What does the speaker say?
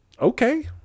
okay